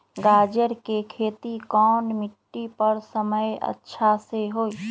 गाजर के खेती कौन मिट्टी पर समय अच्छा से होई?